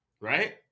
right